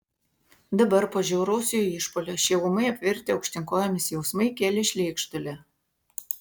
dabar po žiauraus jo išpuolio šie ūmai apvirtę aukštyn kojomis jausmai kėlė šleikštulį